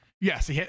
Yes